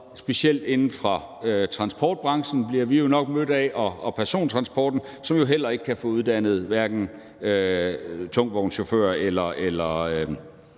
specielt inden for transportbranchen og persontransporten, som jo heller ikke kan få uddannet hverken tungtvognschauffører eller